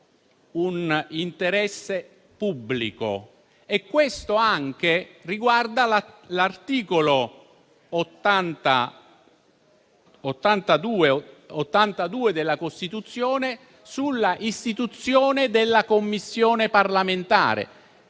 un interesse pubblico. Questo riguarda anche l'articolo 82 della Costituzione sulla istituzione della Commissione parlamentare,